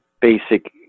basic